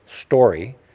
story